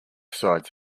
sides